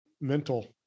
mental